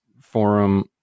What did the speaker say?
forum